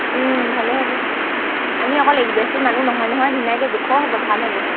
ভালেই হ'ব আমি অকল বেছি মানুহ নহয় নহয় ধুনীয়াকৈ জোখৰ হ'ব ভাল হ'ব